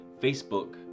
Facebook